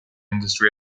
industry